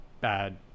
bad